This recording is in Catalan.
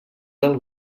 del